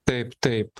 taip taip